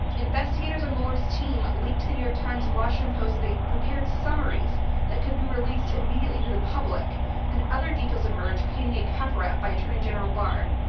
investigators on mueller's team leaked to the new york times and washington post that they prepared summaries that could be released immediately to the public and other details emerge painting a coverup by attorney general barr.